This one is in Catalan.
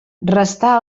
restà